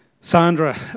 Sandra